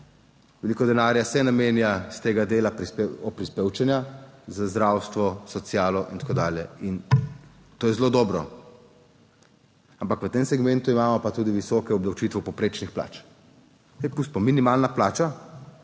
veliko denarja se namenja iz tega dela oprispevčenja za zdravstvo, socialo in tako dalje, in to je zelo dobro, ampak v tem segmentu imamo pa tudi visoke obdavčitve povprečnih plač, pa pustimo, minimalna plača